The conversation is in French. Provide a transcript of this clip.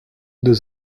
deux